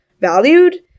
valued